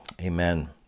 Amen